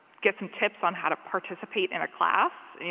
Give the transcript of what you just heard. get some tips on how to participate in a class,